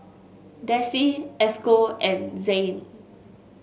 Desi Esco and Zain